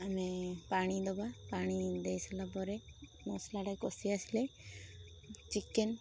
ଆମେ ପାଣି ଦବା ପାଣି ଦେଇ ସାରିଲା ପରେ ମସଲାଟା କଷି ଆସିଲେ ଚିକେନ୍